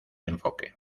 enfoque